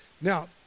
Now